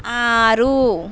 ఆరు